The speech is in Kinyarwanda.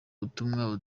butumwa